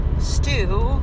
stew